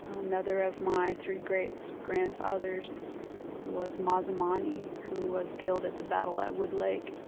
another of my three greats grandfathers was mazamani, who was killed at the battle at wood lake.